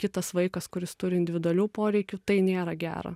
kitas vaikas kuris turi individualių poreikių tai nėra gera